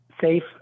safe